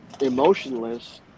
emotionless